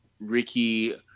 Ricky